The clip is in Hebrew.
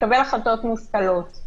לקבל החלטות מושכלות.